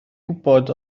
gwybod